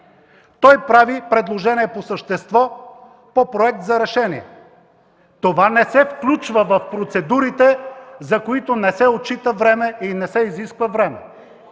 Той прави предложение по същество по проект за решение. Това не се включва в процедурите, за които не се отчита време и не се изисква време.